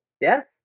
Yes